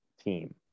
team